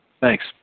thanks